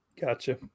gotcha